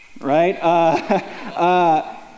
right